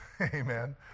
amen